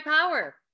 power